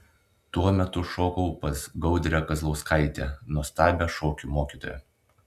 tuo metu šokau pas gaudrę kazlauskaitę nuostabią šokių mokytoją